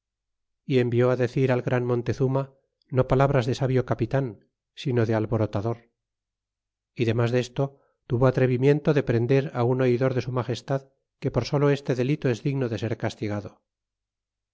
y envió decir al gran montezuma no palabras de sabio capitan sino de alborotador y demas desto tuvo atrevimiento de prender á un oidor de su al agestad que por solo este delito es digno de ser castigado